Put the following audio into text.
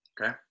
Okay